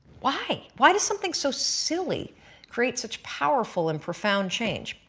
why? why does something so silly create such powerful and profound change?